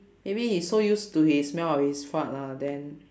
maybe he so used to his smell of his fart lah then